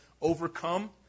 Overcome